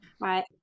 Right